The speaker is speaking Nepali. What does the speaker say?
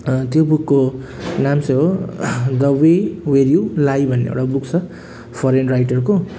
त्यो बुकको नाम चाहिँ हो द वि वेयर यू लाई भन्ने एउटा बुक छ फरेन राइटरको